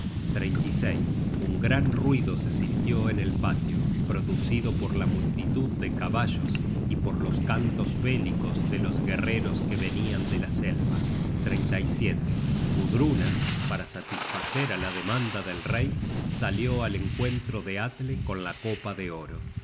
crimen se cometiera un gran ruido se sintió en el patio producido por la multitud de caballos y por los cantos bélicos de los guerreros que venian de la selva gudruna para satisfacer á la demanda del rey salió al encuentro de atle con la copa de oro